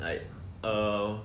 like err